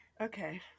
Okay